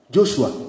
Joshua